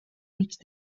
reached